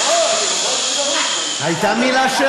הייתה מילה?